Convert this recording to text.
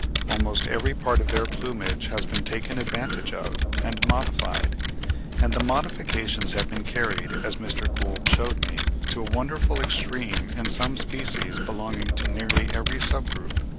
almost every part of their plumage has been taken advantage of, and modified and the modifications have been carried, as mr. gould shewed me, to a wonderful extreme in some species belonging to nearly every sub-group.